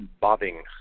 bobbing